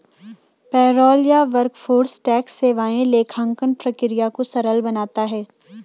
payroll या workforce tax सेवाएं लेखांकन प्रक्रिया को सरल बनाता है